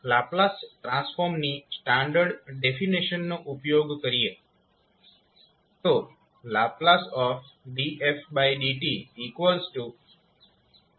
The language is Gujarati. તો આપણે લાપ્લાસ ટ્રાન્સફોર્મની સ્ટાન્ડર્ડ ડેફિનેશન નો ઉપયોગ કરીએ ℒ dfdt 0 dfdte stdt